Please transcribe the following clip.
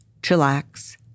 chillax